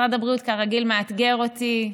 משרד הבריאות כרגיל מאתגר אותי,